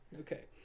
Okay